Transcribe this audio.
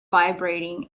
vibrating